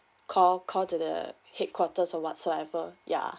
call call to the headquarters or whatsoever ya